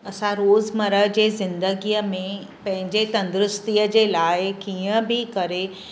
असां रोज़मर्रा जे ज़िंदगीअ में पंहिंजे तंदुरुस्तीअ जे लाइ कीअं बि करे